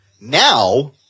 now